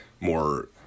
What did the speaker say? more